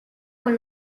con